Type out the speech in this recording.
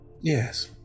Yes